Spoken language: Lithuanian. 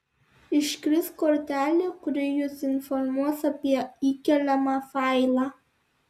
iškris kortelė kuri jus informuos apie įkeliamą failą